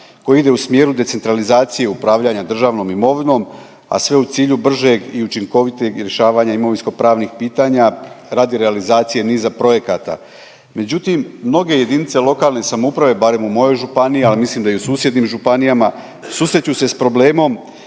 koji ide u smjeru decentralizacije upravljanja državnom imovinom, a sve u cilju bržeg i učinkovitog rješavanja imovinskog pravnih pitanja radi realizacije niza projekata. Međutim mnoge jedinice lokalne samouprave, barem u mojoj županiji, a mislim da i u susjednim županijama, susreću se s problemom